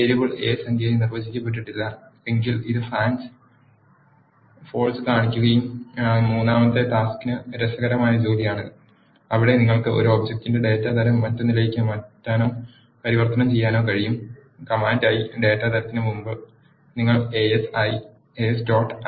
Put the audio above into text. variable a സംഖ്യയായി നിർവചിക്കപ്പെട്ടിട്ടില്ല എങ്കിൽ ഇത് ഫാൾസ് കാണിക്കുകയും മൂന്നാമത്തെ ടാസ് ക് രസകരമായ ജോലിയാണ് അവിടെ നിങ്ങൾക്ക് ഒരു ഒബ്ജക്റ്റിന്റെ ഡാറ്റാ തരം മറ്റൊന്നിലേക്ക് മാറ്റാനോ പരിവർത്തനം ചെയ്യാനോ കഴിയും കമാൻഡ് ആയി ഡാറ്റാ തരത്തിന് മുമ്പ് നിങ്ങൾ as